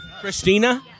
Christina